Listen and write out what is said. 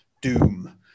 doom